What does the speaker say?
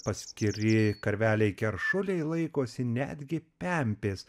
paskiri karveliai keršuliai laikosi netgi pempės